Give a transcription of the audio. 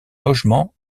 logements